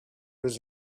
was